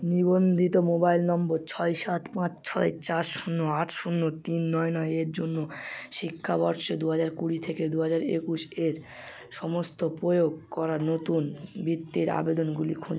নিবন্ধিত mobile number ছয় সাত পাঁচ ছয় চার শূন্য আট শূন্য তিন নয় নয় এর জন্য শিক্ষাবর্ষ দুহাজার কুড়ি থেকে দুহাজার একুশ এর সমস্ত প্রয়োগ করা নতুন বৃত্তির আবেদনগুলি খুঁ